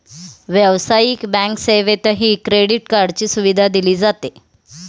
व्यावसायिक बँक सेवेतही क्रेडिट कार्डची सुविधा दिली जाते